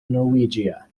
norwegia